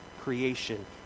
creation